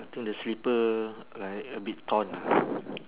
I think the slipper like a bit torn ah